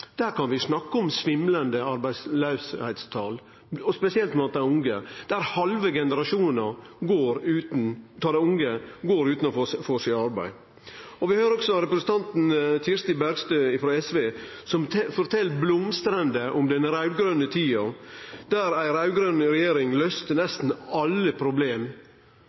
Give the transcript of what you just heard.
PIGS-landa, kan vi snakke om svimlande arbeidsløysetal, og spesielt blant dei unge, der halve generasjonar av dei unge går utan å få seg arbeid. Vi høyrde også representanten Kirsti Bergstø frå SV fortelje blomstrande om den raud-grøne tida, der ei raud-grøn regjering løyste nesten alle problem.